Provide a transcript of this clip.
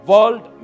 World